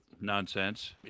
nonsense